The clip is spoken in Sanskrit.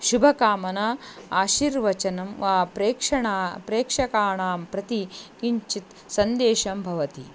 शुभकामना आशीर्वचनं वा प्रेक्षणं प्रेक्षकाणां प्रति किञ्चित् सन्देशः भवति